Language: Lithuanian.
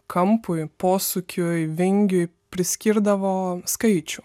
kampui posūkiui vingiui priskirdavo skaičių